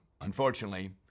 unfortunately